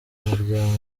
muryango